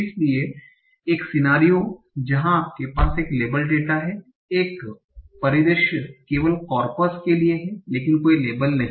इसलिए एक सिनारिओ जहां आपके पास एक लेबल डेटा है एक परिदृश्य केवल कॉर्पस के लिए है लेकिन कोई लेबल नहीं